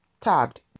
tagged